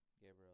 Gabriel